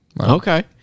Okay